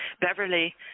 Beverly